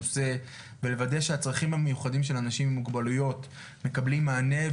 ולוודא שהצרכים המיוחדים של אנשים עם מוגבלויות מקבלים מענה,